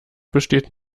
besteht